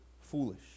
foolish